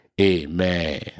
Amen